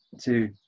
two